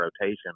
rotation